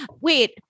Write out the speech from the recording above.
Wait